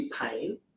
pain